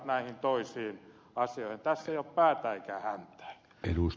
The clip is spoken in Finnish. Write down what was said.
tässä ei ole päätä eikä häntää